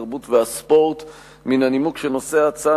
התרבות והספורט מן הנימוק שנושא ההצעה